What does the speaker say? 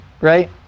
right